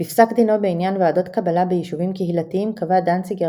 בפסק דינו בעניין ועדות קבלה ביישובים קהילתיים קבע דנציגר,